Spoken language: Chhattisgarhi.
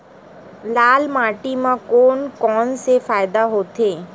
लाल माटी म कोन कौन से फसल होथे?